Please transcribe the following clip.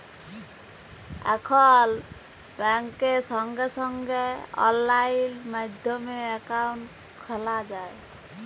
এখল ব্যাংকে সঙ্গে সঙ্গে অললাইন মাধ্যমে একাউন্ট খ্যলা যায়